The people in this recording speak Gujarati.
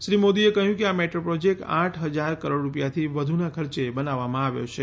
શ્રી મોદીએ કહ્યું કે આ મેટ્રો પ્રોજેક્ટ આઠ હજાર કરોડ રૂપિયાથી વધુના ખર્ચે બનાવવામાં આવ્યો છે